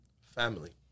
family